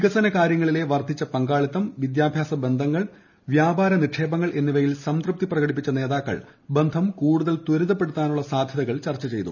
വികസനകാര്യങ്ങളിലെ വർദ്ധിച്ച പങ്കാളിത്തം വിദ്യാഭ്യാസ ബന്ധങ്ങൾ വ്യാപാര നിക്ഷേപങ്ങൾ എന്നിവയിൽ സംതൃപ്തി പ്രകടിപ്പിച്ച നേതാക്കൾ ബന്ധം കൂടുതൽ ത്വരിതപ്പെടുത്താനുള്ള സാധ്യതകൾ ചർച്ചു ചെയ്തു